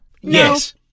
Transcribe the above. Yes